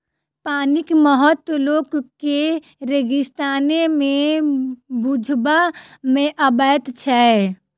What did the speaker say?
पानिक महत्व लोक के रेगिस्ताने मे बुझबा मे अबैत छै